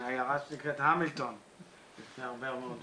מעיירה שנקראת המילטון לפני הרבה מאוד שנים.